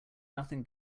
nothing